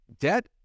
debt